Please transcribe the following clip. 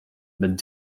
but